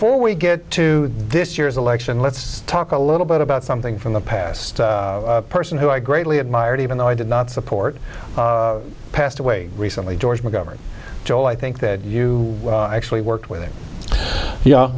before we get to this year's election let's talk a little bit about something from the past person who i greatly admired even though i did not support passed away recently george mcgovern joe i think that you actually worked with